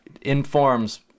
informs